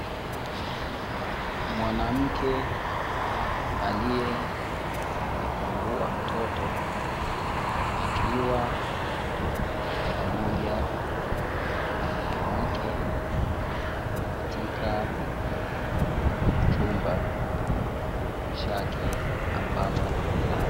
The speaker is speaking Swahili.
Mwanamke aliejifungua mtoto, akiwa pamoja na mume wake katika chumba chake ambamo amelala.